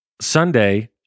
Sunday